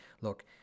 look